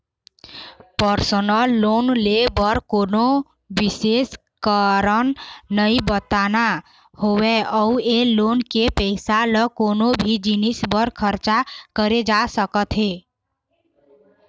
personal loan ले बर कोनो बिसेस कारन नइ बताना होवय अउ ए लोन के पइसा ल कोनो भी जिनिस बर खरचा करे जा सकत हे